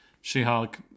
She-Hulk